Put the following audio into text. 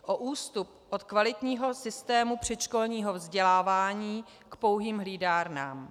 O ústup od kvalitního systému předškolního vzdělávání k pouhým hlídárnám.